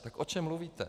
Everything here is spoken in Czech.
Tak o čem mluvíte?